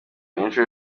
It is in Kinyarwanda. inshuro